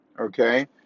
Okay